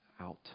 out